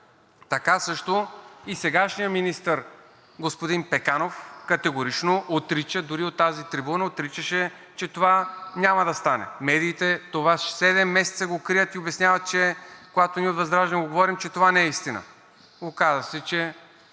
така също и сегашният министър – господин Пеканов, категорично отрича, дори от тази трибуна отричаше, че това няма да стане. Медиите това седем месеца го крият и обясняват, когато ние от ВЪЗРАЖДАНЕ го говорим, че това не е истина. Оказа се, че